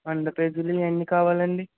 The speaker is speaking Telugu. వంద పేజీలవి ఎన్ని కావాలండీ